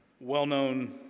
well-known